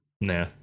nah